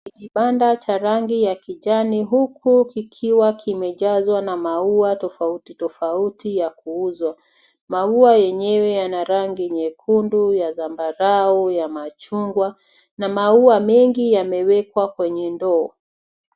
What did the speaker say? Kibanda cha rangi ya kijani huku kikiwa kimejazwa na maua tofauti tofauti ya kuuzwa. Maua yenyewe yana rangi nyekundu ya zambarau ya machungwa. Na maua mengi yamewekwa kwenye ndoo.